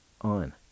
on